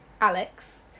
Alex